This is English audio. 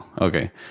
Okay